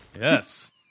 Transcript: Yes